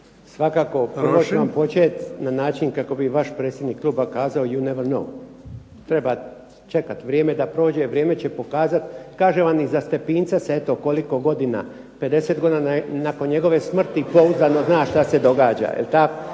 govornik se ne razumije./… način kako bi vaš predsjednik kluba kazao you never know. Treba čekati vrijeme da prođe, vrijeme će pokazati. Kažem vam i za Stepinca se eto koliko godina, 50 godina nakon njegove smrti pouzdano zna šta se događa, je li tako?